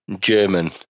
German